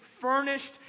furnished